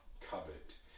covet